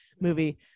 movie